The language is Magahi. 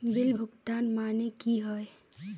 बिल भुगतान माने की होय?